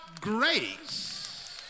grace